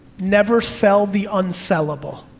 never sell the unsellable.